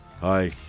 Hi